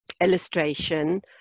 illustration